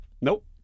Nope